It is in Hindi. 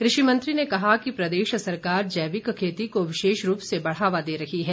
कृषि मंत्री ने कहा कि प्रदेश सरकार जैविक खेती को विशेष रूप से बढ़ावा दे रही है